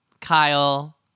Kyle